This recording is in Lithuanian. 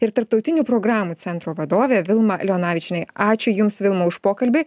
ir tarptautinių programų centro vadovė vilma leonavičienė ačiū jums vilma už pokalbį